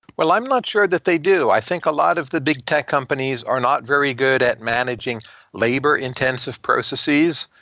well, i'm not sure that they do. i think a lot of the big tech companies are not very good at managing labor-intensive processes.